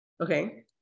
Okay